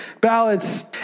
ballots